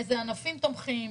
באילו ענפים תומכים,